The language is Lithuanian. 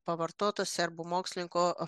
pavartotas serbų mokslininko